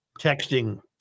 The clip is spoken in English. texting